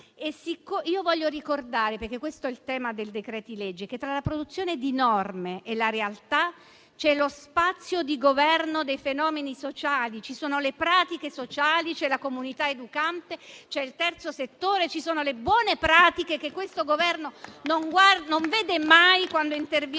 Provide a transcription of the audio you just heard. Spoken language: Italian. Voglio ricordare - perché questo è il tema del decreto-legge - che, tra la produzione di norme e la realtà, c'è lo spazio di governo dei fenomeni sociali, ci sono le pratiche sociali, c'è la comunità educante, c'è il terzo settore, ci sono le buone pratiche che questo Governo non vede mai quando interviene